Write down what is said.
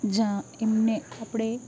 જા એમને આપણે